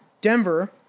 Denver